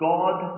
God